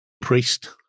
priest